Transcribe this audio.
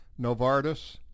Novartis